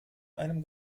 einem